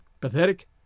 pathetic